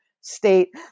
state